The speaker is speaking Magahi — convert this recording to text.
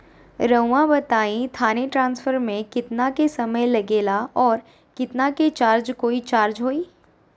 रहुआ बताएं थाने ट्रांसफर में कितना के समय लेगेला और कितना के चार्ज कोई चार्ज होई?